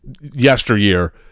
yesteryear